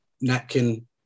napkin